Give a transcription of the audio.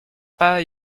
pas